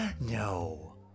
No